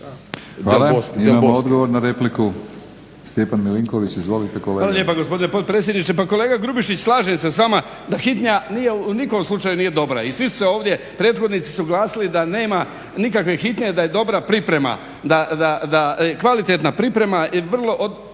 Hvala. Imamo odgovor na repliku, Stjepan Milinković. Izvolite kolega. **Milinković, Stjepan (HDZ)** Hvala lijepa gospodine potpredsjedniče. Pa kolega Grubišić, slažem se s vama da hitnja nije u nikom slučaju nije dobra i svi su se ovdje prethodnici suglasili da nema nikakve hitnje, da je dobra priprema, kvalitetna priprema vrlo